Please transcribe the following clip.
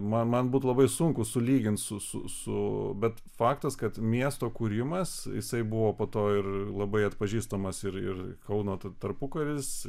man man būtų labai sunku sulyginti su su bet faktas kad miesto kūrimas jisai buvo po to ir labai atpažįstamas ir ir kauno tarpukaris